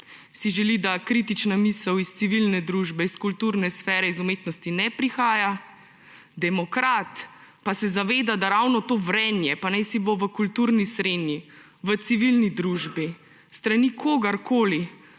si, da kritična misel iz civilne družbe, iz kulturne sfere, iz umetnosti ne prihaja, demokrat pa ravno to vrenje, pa najsibo v kulturni srenji, v civilni družbi, s strani kogarkoli,